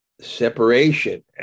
separation